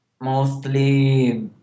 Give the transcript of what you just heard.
Mostly